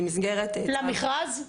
למסגרת --- למכרז?